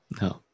No